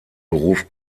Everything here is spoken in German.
beruf